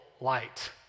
light